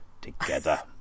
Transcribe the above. together